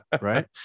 Right